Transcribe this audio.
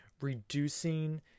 reducing